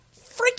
freaking